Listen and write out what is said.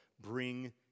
bring